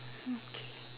okay